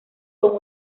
con